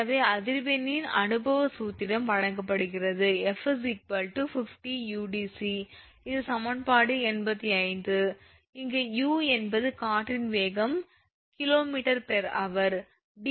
எனவே அதிர்வெண்ணின் அனுபவ சூத்திரம் வழங்கப்படுகிறது 𝑓 50 𝑢𝑑𝑐 இது சமன்பாடு 85 இங்கு 𝑢 என்பது காற்றின் வேகம் 𝐾𝑚ℎ𝑟